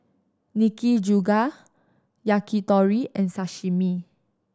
Nikujaga Yakitori and Sashimi